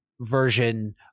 version